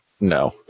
No